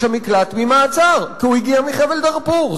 המקלט ממעצר כי הוא הגיע מחבל דארפור,